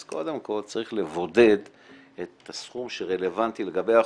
אז קודם כל צריך לבודד את הסכום שרלוונטי לגבי החוק.